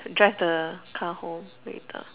drive the car home later